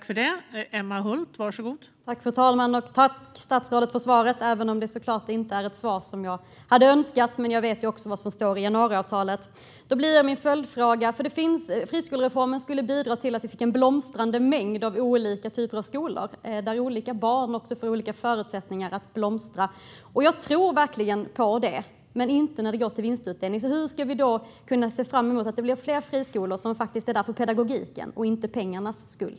Fru talman! Tack, statsrådet, för svaret, även om det såklart inte är ett svar som jag hade önskat. Men jag vet ju också vad som står i januariavtalet. Friskolereformen skulle bidra till en blomstrande mängd av olika typer av skolor, där olika barn får lika förutsättningar att blomstra. Och jag tror verkligen på det, men inte när det går till vinstutdelning. Hur ska vi då kunna se fram emot att det blir fler friskolor som faktiskt finns där för pedagogikens och inte för pengarnas skull?